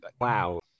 Wow